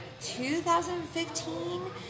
2015